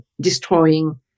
destroying